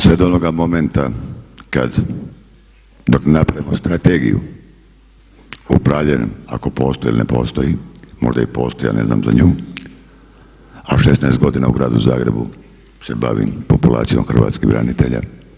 Sve do onoga momenta kad dok napravimo strategiju upravljanja, ako postoji ili ne postoji, možda i postoji, ali ne znam za nju, a 16 godina u gradu Zagrebu se bavim populacijom hrvatskih branitelja.